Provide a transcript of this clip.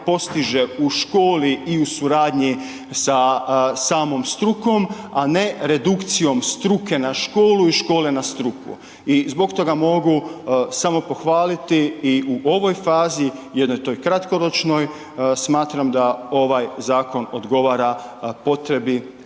postiže u školi i u suradnji sa samom strukom, a ne redukcijom struke na školu i škole na struku. I zbog toga mogu samo pohvaliti i u ovoj fazi, jednoj toj kratkoročnoj smatram da ovaj zakon odgovara potrebi